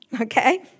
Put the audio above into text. Okay